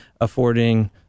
affording